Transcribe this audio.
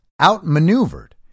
outmaneuvered